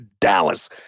dallas